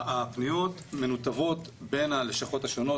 הפניות מנותבות בין הלשכות השונות.